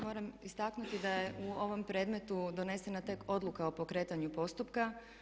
Moram istaknuti da je u ovom predmetu donesena tek odluka o pokretanju postupka.